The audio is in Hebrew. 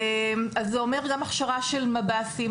זה כולל הכשרה של מב"סים,